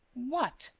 what!